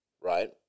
Right